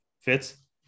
fits